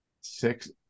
Six